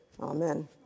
Amen